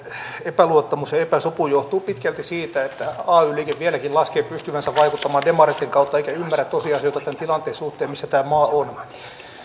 epäluottamus ja epäsopu johtuu pitkälti siitä että ay liike vieläkin laskee pystyvänsä vaikuttamaan demareitten kautta eikä ymmärrä tosiasioita tämän tilanteen suhteen missä tämä maa on sanon